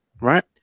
right